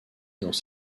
dans